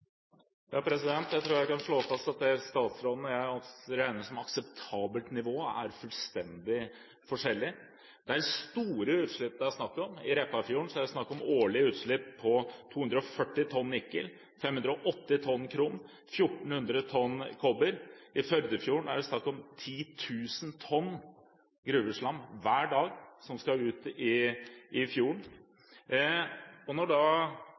Jeg tror jeg kan slå fast at det statsråden og jeg regner som akseptabelt nivå, er fullstendig forskjellig. Det er store utslipp det er snakk om. I Repparfjorden er det snakk om årlige utslipp på 240 tonn nikkel, 580 tonn krom og 1 400 tonn kobber. I Førdefjorden er det snakk om 10 000 tonn gruveslam som skal ut i fjorden hver dag. Når